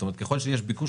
זאת אומרת ככל שיש ביקוש,